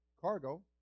cargo